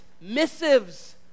missives